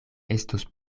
estos